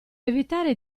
evitare